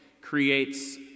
creates